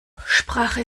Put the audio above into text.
sprache